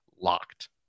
LOCKED